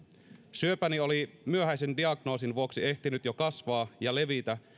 syöpäni oli myöhäisen diagnoosin vuoksi ehtinyt jo kasvaa ja levitä